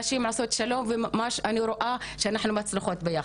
נשים עושות שלום ומה שאני רואה שאנחנו מצליחות ביחד.